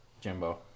Jimbo